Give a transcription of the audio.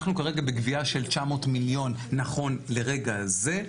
אנחנו כרגע בגבייה של 900 מיליון נכון לרגע זה.